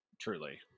truly